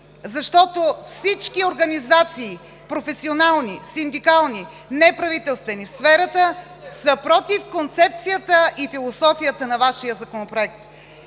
защото всички организации в сферата – професионални, синдикални, неправителствени, са „против“ концепцията и философията на Вашия Законопроект.